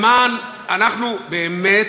אנחנו באמת,